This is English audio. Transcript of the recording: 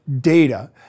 data